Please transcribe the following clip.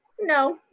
No